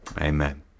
Amen